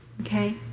okay